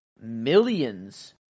millions